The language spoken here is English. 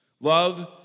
Love